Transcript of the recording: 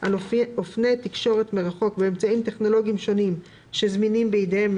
על אופני תקשורת מרחוק באמצעים טכנולוגיים שונים שזמינים בידיהם,